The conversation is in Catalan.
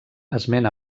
esment